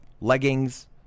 leggings